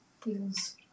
Feels